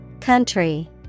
Country